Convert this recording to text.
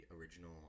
original